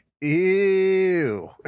Ew